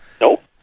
nope